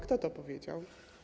Kto to powiedział?